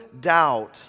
doubt